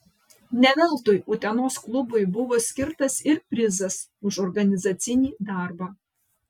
ne veltui utenos klubui buvo skirtas ir prizas už organizacinį darbą